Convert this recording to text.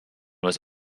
was